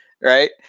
right